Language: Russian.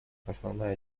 основная